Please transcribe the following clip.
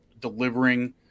delivering